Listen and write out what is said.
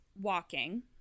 walking